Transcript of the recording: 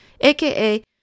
aka